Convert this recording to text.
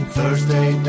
Thursday